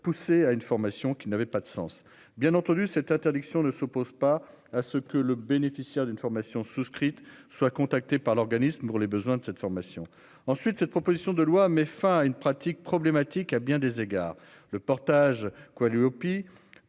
pousser à une formation qui n'avait pas de sens. Bien entendu, cette interdiction ne s'oppose pas à ce que le bénéficiaire d'une formation souscrites soient contactés par l'organisme. Pour les besoins de cette formation ensuite cette proposition de loi met fin à une pratique problématique à bien des égards le portage quoi lui